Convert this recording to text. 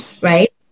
right